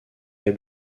est